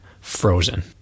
frozen